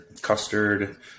custard